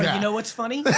you know what's funny?